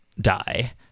die